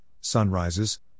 sunrises